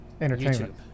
Entertainment